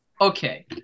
Okay